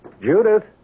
Judith